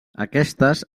aquestes